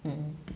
mm